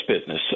business